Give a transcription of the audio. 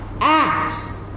act